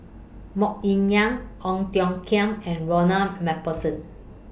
Mok Ying Jang Ong Tiong Khiam and Ronald MacPherson